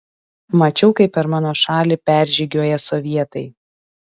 mačiau kaip per mano šalį peržygiuoja sovietai